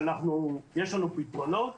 יש לנו פתרונות,